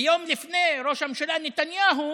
ויום לפני ראש הממשלה נתניהו